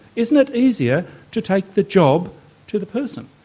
isn't it easier to take the job to the person?